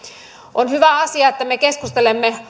on hyvä asia että me keskustelemme